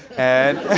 and.